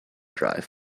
drive